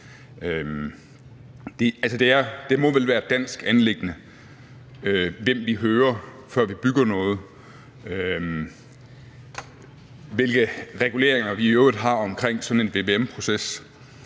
Det må vel være et dansk anliggende, hvem vi hører, før vi bygger noget, og hvilke reguleringer vi i øvrigt har omkring sådan en vvm-proces,